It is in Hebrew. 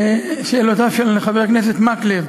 לשאלותיו של חבר הכנסת מקלב,